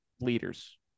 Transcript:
leaders